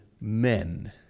men